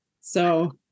so-